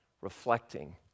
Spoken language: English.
reflecting